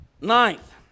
Ninth